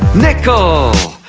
nickel